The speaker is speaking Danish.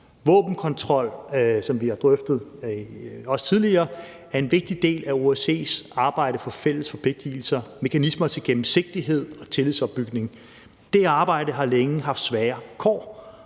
har drøftet, er en vigtig del af OSCE's arbejde for fælles forpligtigelser, mekanismer til gennemsigtighed og tillidsopbygning. Det arbejde har længe haft svære kår,